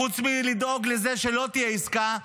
חוץ מלדאוג לזה שלא תהיה עסקה,